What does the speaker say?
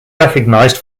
recognized